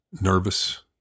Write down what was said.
nervous